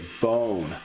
bone